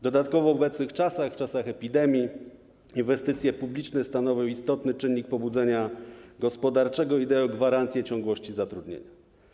Dodatkowo w obecnych czasach, czasach epidemii, inwestycje publiczne stanowią istotny czynnik pobudzenia gospodarczego i dają gwarancję ciągłości zatrudnienia.